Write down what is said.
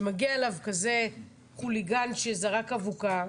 שמגיע אליו כזה חוליגן שזרק אבוקה,